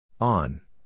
On